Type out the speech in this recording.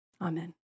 Amen